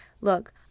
look